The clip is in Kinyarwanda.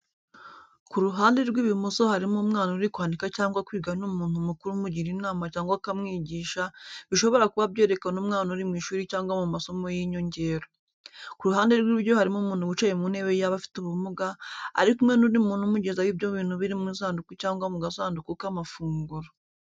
Ku ruhande rw’ibumoso harimo umwana uri kwandika cyangwa kwiga n’umuntu mukuru amugira inama cyangwa akamwigisha, bishobora kuba byerekana umwana uri mu ishuri cyangwa mu masomo y’inyongera. Ku ruhande rw’iburyo harimo umuntu wicaye mu ntebe y’abafite ubumuga, ari kumwe n’undi muntu umugezaho ibyo bintu biri mu isanduku cyangwa mu gasanduku k’amafunguro.